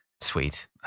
sweet